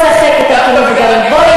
בואו נשחק אותה מבוגרים,